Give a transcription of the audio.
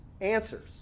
answers